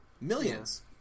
Millions